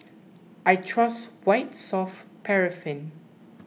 I trust White Soft Paraffin